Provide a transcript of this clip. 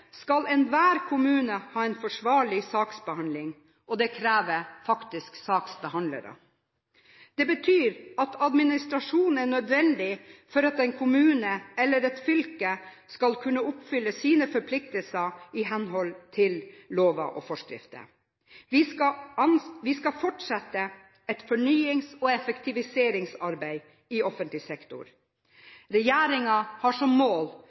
skal enhver kommune ha en forsvarlig saksbehandling, og det krever faktisk saksbehandlere. Det betyr at administrasjon er nødvendig for at en kommune eller et fylke skal kunne oppfylle sine forpliktelser i henhold til lover og forskrifter. Vi skal fortsette et fornyings- og effektiviseringsarbeid i offentlig sektor. Regjeringen har som mål